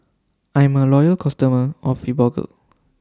I'm A Loyal customer of Fibogel